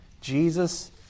Jesus